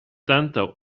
tanto